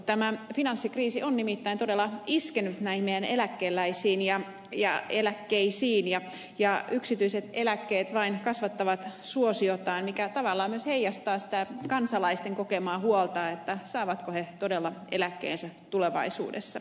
tämä finanssikriisi on nimittäin todella iskenyt näihin meidän eläkeläisiin ja eläkkeisiin ja yksityiset eläkkeet vain kasvattavat suosiotaan mikä tavallaan myös heijastaa sitä kansalaisten kokemaa huolta saavatko he todella eläkkeensä tulevaisuudessa